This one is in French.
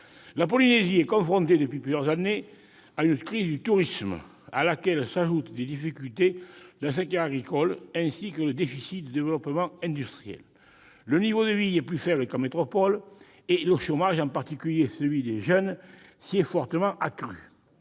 La Polynésie française est confrontée depuis plusieurs années à une crise du tourisme, à laquelle s'ajoutent des difficultés dans le secteur agricole, ainsi qu'un déficit en matière de développement industriel. Le niveau de vie y est plus faible qu'en métropole et le chômage, en particulier celui des jeunes, s'est fortement accru.